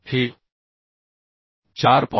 तर हे 4